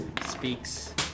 speaks